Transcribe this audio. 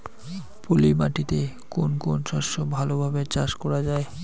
পলি মাটিতে কোন কোন শস্য ভালোভাবে চাষ করা য়ায়?